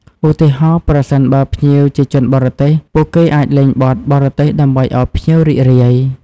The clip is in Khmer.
ឧទាហរណ៍ប្រសិនបើភ្ញៀវជាជនបរទេស ពួកគេអាចលេងបទបរទេសដើម្បីឱ្យភ្ញៀវរីករាយ។